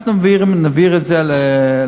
אנחנו נעביר את זה לרבנים.